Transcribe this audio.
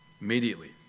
Immediately